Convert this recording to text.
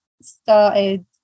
started